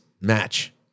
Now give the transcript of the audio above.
match